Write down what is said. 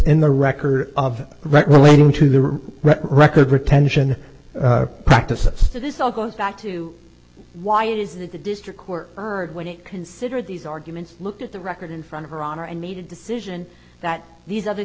in the record of right relating to the record retention practices to this all goes back to why it is that the district court heard what it considered these arguments look at the record in front of her honor and made a decision that these other